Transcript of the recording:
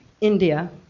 India